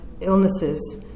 illnesses